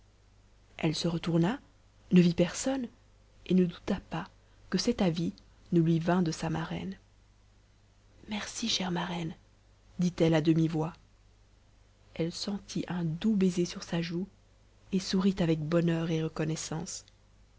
elle se retourna ne vit personne et ne douta pas que cet avis ne lui vînt de sa marraine merci chère marraine dit-elle à demi-voix elle sentit un doux baiser sur sa joue et sourit avec bonheur et reconnaissance